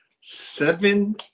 Seven